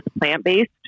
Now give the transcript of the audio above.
plant-based